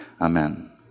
amen